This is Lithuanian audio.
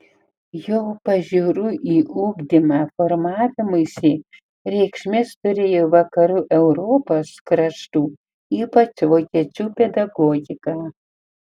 jo pažiūrų į ugdymą formavimuisi reikšmės turėjo vakarų europos kraštų ypač vokiečių pedagogika